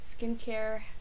skincare